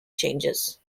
changes